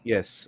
Yes